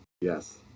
Yes